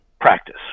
practice